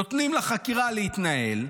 נותנים לחקירה להתנהל,